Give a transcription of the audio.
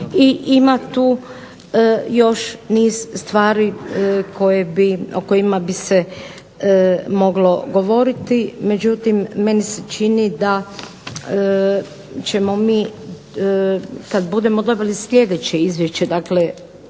ima tu još niz stvari o kojima bi se moglo govoriti, međutim meni se čini da ćemo mi kad budemo dobili sljedeće izvješće, dakle